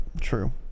True